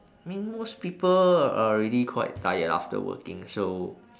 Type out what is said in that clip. I mean most people already quite tired after working so